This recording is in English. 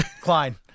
Klein